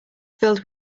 filled